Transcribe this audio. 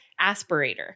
aspirator